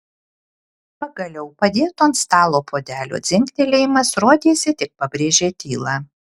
pagaliau padėto ant stalo puodelio dzingtelėjimas rodėsi tik pabrėžė tylą